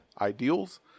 ideals